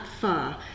far